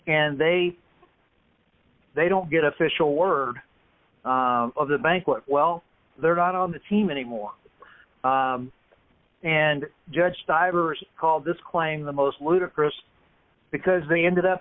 and they they don't get official word of the banquet well they're not on the team anymore and judge stivers called this claim the most ludicrous because they ended up